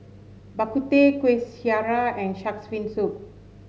Bak Kut Teh Kuih Syara and shark's fin soup